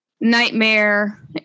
nightmare